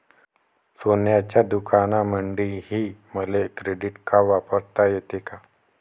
सोनाराच्या दुकानामंधीही मले क्रेडिट कार्ड वापरता येते का?